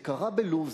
זה קרה בלוב,